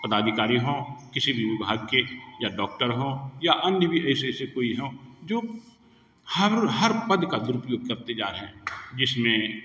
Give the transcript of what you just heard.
पदाधिकारी हो किसी भी विभाग के या डॉक्टर हो या अन्य भी ऐसे ऐसे कोई हो जो हर हर पद का दुरुपयोग करते जा रहे हैं जिसमें